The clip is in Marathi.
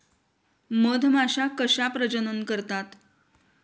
मधमाश्या कशा प्रजनन करतात?